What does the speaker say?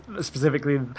specifically